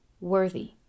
worthy